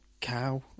cow